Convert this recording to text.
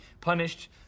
punished